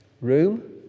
Room